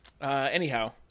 Anyhow